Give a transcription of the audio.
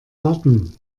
warten